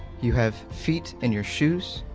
you have feet in your shoes.